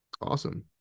Awesome